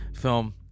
film